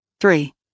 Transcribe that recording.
Three